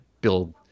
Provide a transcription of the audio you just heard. build